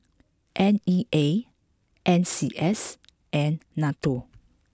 N E A N C S and Nato